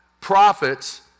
prophets